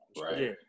Right